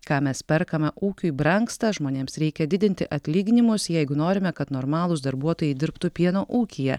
ką mes perkame ūkiui brangsta žmonėms reikia didinti atlyginimus jeigu norime kad normalūs darbuotojai dirbtų pieno ūkyje